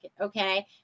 okay